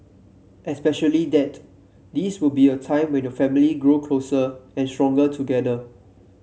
especially that this will be a time when your family grow closer and stronger together